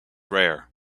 rare